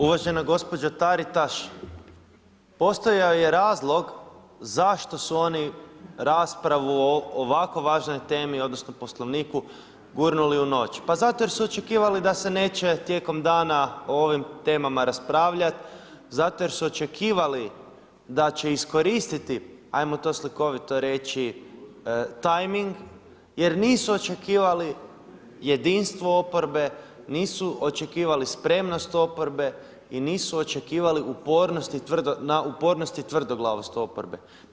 Uvažena gospođo Taritaš, postojao je razlog zašto su oni raspravu o ovako važnoj temi, odnosno, Poslovniku gurnuli u noć, pa zato jer su očekivali da se neće tijekom dana o ovim temama raspravljati, zato jer su očekivali, da će iskoristiti, ajmo to slikovito reći tajming, jer nisu očekivali jedinstvo oporbe, nisu očekivali spremnost oporbe i nisu očekivali upornost i tvrdoglavost oporbe.